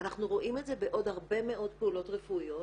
אנחנו רואים את זה בעוד הרבה מאוד פעולות רפואיות.